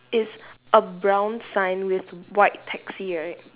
is a brown sign with white taxi right